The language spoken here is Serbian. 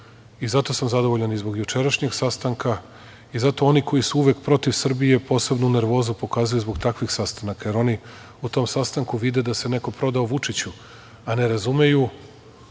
danas. Zato sam zadovoljan i zbog jučerašnjeg sastanka i zato oni koji su uvek protiv Srbije posebnu nervozu pokazuju zbog takvih sastanaka, jer oni u tom sastanku vide da se neko prodao Vučiću, iako su me